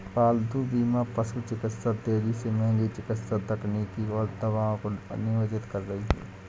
पालतू बीमा पशु चिकित्सा तेजी से महंगी चिकित्सा तकनीकों और दवाओं को नियोजित कर रही है